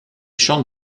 chante